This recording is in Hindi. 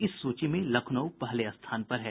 इस सूची में लखनऊ पहले स्थान पर है